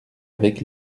avec